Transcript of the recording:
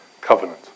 covenant